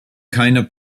keiner